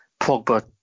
Pogba